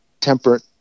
temperate